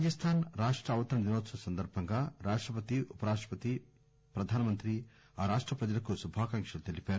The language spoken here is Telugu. రాజస్థాస్ రాష్ర అవతరణ దినోత్సవం సందర్బంగా రాష్టపతి ఉప రాష్రపతి ప్రధానమంత్రి ఆ రాష్ర ప్రజలకు శుభాకాంక్షలు తెలిపారు